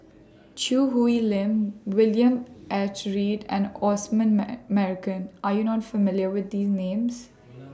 Choo Hwee Lim William H Read and Osman Merican Are YOU not familiar with These Names